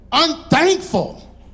Unthankful